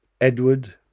Edward